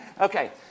Okay